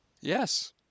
Yes